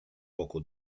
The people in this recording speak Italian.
poco